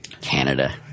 Canada